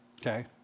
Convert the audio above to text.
okay